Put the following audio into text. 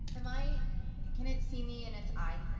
am i can it see me in its eye?